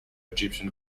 egyptian